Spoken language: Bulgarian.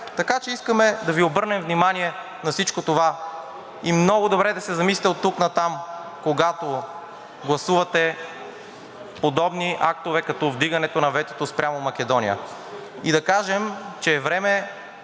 Така че искаме да Ви обърнем внимание на всичко това и много добре да се замислите оттук нататък, когато гласувате подобни актове, като вдигането на ветото спрямо Македония. И да кажем, че е време